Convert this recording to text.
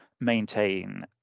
maintain